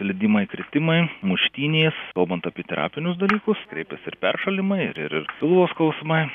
slydimai kritimai muštynės kalbant apie terapinius dalykus kreipiasi ir peršalimai ir ir ir pilvo skausmai